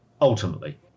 ultimately